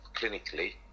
clinically